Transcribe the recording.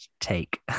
take